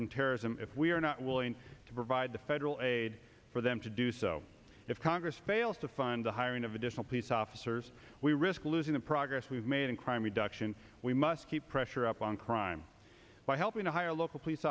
from terrorism if we are not willing to provide the federal aid for them to do so if congress fails to fund the hiring of additional police officers we risk losing the progress we've made in crime reduction we must keep pressure up on crime by helping to hire local police